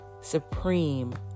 supreme